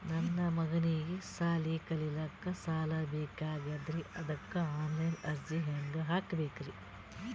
ನನ್ನ ಮಗನಿಗಿ ಸಾಲಿ ಕಲಿಲಕ್ಕ ಸಾಲ ಬೇಕಾಗ್ಯದ್ರಿ ಅದಕ್ಕ ಆನ್ ಲೈನ್ ಅರ್ಜಿ ಹೆಂಗ ಹಾಕಬೇಕ್ರಿ?